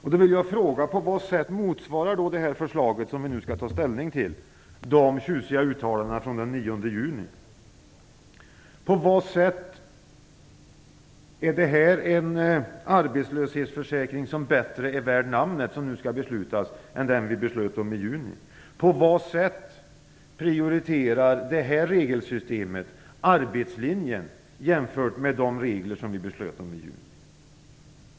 Jag vill därför fråga: På vad sätt motsvarar det förslag, som vi nu skall ta ställning till, de tjusiga uttalandena från den 9 juni? På vad sätt är det här en arbetslöshetsförsäkring som bättre är värd namnet än den vi beslöt om i juni? På vad sätt prioriterar detta regelsystem arbetslinjen jämfört med de regler vi beslöt om i juni?